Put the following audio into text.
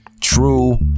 true